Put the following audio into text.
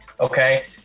okay